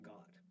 God